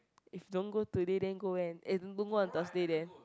if don't go today then go when and no more on Thursday then